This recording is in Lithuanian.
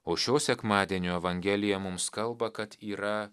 o šio sekmadienio evangelija mums kalba kad yra